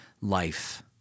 life